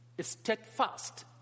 steadfast